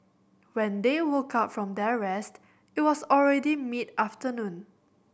when they woke up from their rest it was already mid afternoon